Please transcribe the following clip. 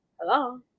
hello